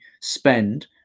spend